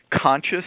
conscious